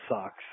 sucks